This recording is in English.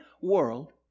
world